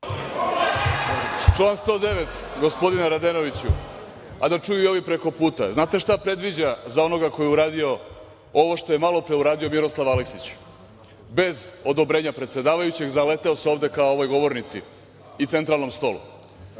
Član 109, gospodine Radenoviću, a da čuju i ovi prekoputa, znate šta predviđa za onoga koji je uradio ovo što je malopre uradio Miroslav Aleksić? Bez odobrenja predsedavajućeg, zaleteo se ovde ka ovoj govornici i centralnom stolu.